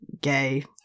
gay